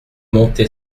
monte